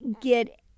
get